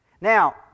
Now